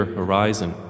horizon